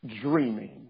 dreaming